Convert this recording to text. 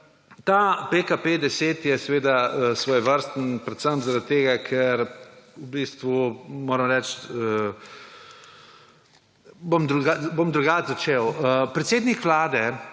ta PKP 10 je seveda svojevrsten predvsem zaradi tega, ker v bistvu, moram reči, bom drugače začel, predsednik Vlade